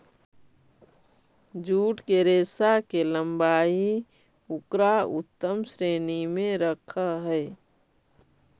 jute के रेशा के लम्बाई उकरा उत्तम श्रेणी में रखऽ हई